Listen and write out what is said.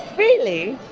really?